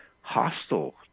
hostile